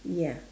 ya